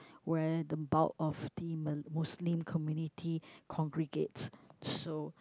where the bulk of the Mal~ Muslim community congregates so